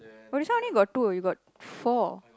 oh this one only got two you got four